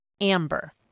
amber